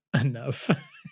enough